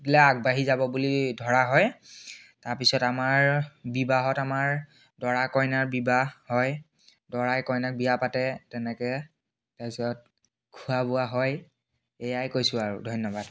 দিলে আগবাঢ়ি যাব বুলি ধৰা হয় তাৰপিছত আমাৰ বিবাহত আমাৰ দৰা কইনাৰ বিবাহ হয় দৰাই কইনাক বিয়া পাতে তেনেকৈ তাৰপিছত খোৱা বোৱা হয় এইয়াই কৈছোঁ আৰু ধন্যবাদ